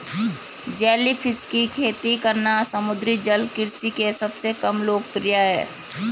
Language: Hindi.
जेलीफिश की खेती करना समुद्री जल कृषि के सबसे कम लोकप्रिय है